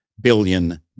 billion